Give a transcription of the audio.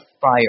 fire